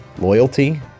loyalty